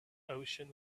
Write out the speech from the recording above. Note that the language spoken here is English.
ocean